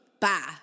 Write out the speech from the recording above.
Bye